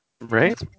right